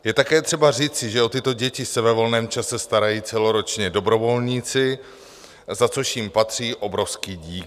Je také třeba říci, že o tyto děti se ve volném čase starají celoročně dobrovolníci, za což jim patří obrovský dík.